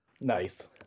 Nice